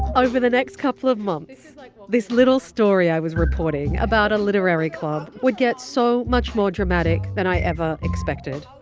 over the next couple of months, like this little story i was reporting about a literary club would get so much more dramatic than i ever expected.